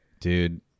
Dude